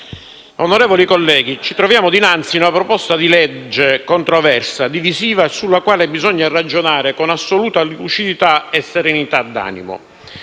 onorevoli colleghi, ci troviamo dinanzi a una proposta di legge controversa e divisiva sulla quale bisogna ragionare con assoluta lucidità e serenità d'animo,